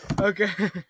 Okay